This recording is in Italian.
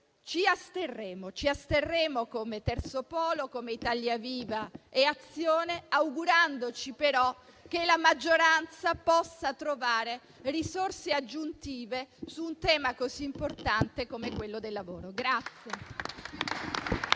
ci asterremo come terzo polo, come Italia Viva e Azione, augurandoci però che la maggioranza possa trovare risorse aggiuntive su un tema così importante come quello del lavoro.